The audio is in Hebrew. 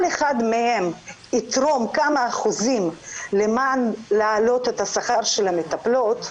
כל אחד מהם יתרום כמה אחוזים למען העלאת השכר של המטפלות,